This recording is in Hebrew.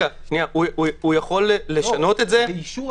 הוא יכול לשנות את זה --- רק באישור הוועדה.